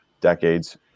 decades